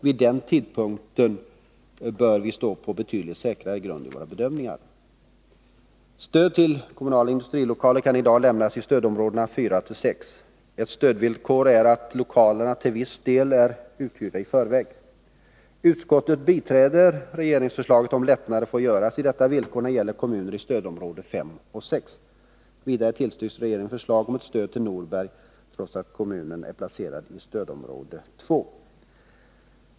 Vid den tidpunkten bör vi stå på betydligt säkrare grund i våra bedömningar. Stöd till kommunala industrilokaler kan i dag lämnas i stödområdena 4—6. Ett villkor för stödet är att lokalerna till viss del är uthyrda i förväg. Utskottet biträder regeringsförslaget om att lättnader bör få göras i detta villkor när det gäller kommuner i stödområdena 5 och 6. Vidare tillstyrks regeringens förslag om stöd till Norberg, trots att kommunen är placerad i stödområde 2.